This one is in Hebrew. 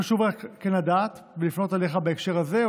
חשוב לדעת ולפנות אליך בהקשר הזה,